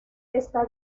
está